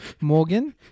Morgan